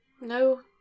No